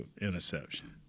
interception